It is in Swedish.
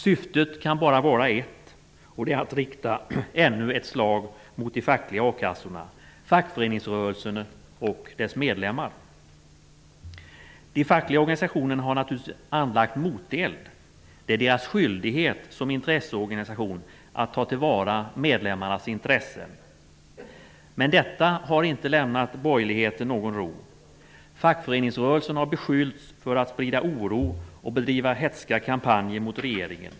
Syftet kan bara vara ett, och det är att rikta ännu ett slag mot de fackliga a-kassorna, fackföreningsrörelsen och dess medlemmar. De fackliga organisationerna har naturligtvis anlagt moteld. Det är deras skyldighet som intresseorganisation att ta till vara medlemmarnas intressen. Men detta har inte lämnat borgerligheten någon ro. Fackföreningsrörelsen har beskyllts för att sprida oro och driva hätska kampanjer mot regeringen.